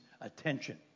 attention